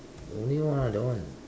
no need [one] lah that one